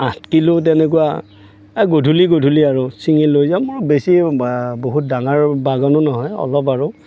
আঠ কিলো তেনেকুৱা এই গধূলি গধূলি আৰু চিঙি লৈ যাওঁ আৰু বেছি বহুত ডাঙৰ বাগানো নহয় অলপ আৰু